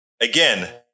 again